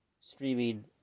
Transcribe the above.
streaming